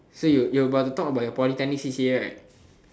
so you you're about the top of your polytechnic c_c_a right